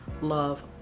love